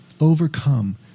overcome